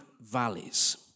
valleys